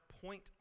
point